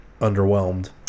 underwhelmed